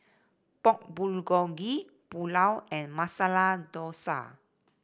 Pork Bulgogi Pulao and Masala Dosa